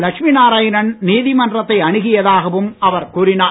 லட்சுமி நாராயணன் நீதிமன்றத்தை அணுகியதாகவும் அவர் கூறினார்